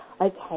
okay